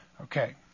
Okay